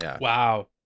Wow